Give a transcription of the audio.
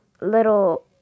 little